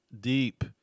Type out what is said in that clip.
deep